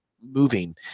moving